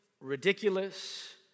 ridiculous